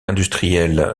industriel